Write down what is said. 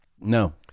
No